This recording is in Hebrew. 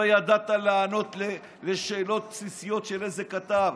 ולא ידעת לענות על שאלות בסיסיות של כתב.